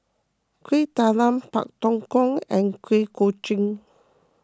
Kueh Talam Pak Thong Ko and Kuih Kochi